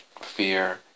fear